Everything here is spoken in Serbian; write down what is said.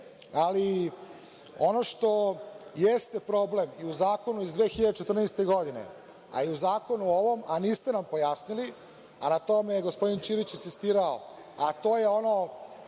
ono što jeste problem i u zakonu iz 2014. godine, a i u zakonu ovom, a niste nam pojasnili, a na tome je gospodin Ćirić insistirao, a to je ono,